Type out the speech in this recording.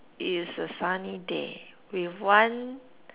it is a sunny day with one